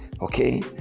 okay